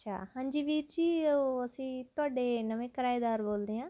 ਅੱਛਾ ਹਾਂਜੀ ਵੀਰ ਜੀ ਉਹ ਅਸੀਂ ਤੁਹਾਡੇ ਨਵੇਂ ਕਿਰਾਏਦਾਰ ਬੋਲਦੇ ਹਾਂ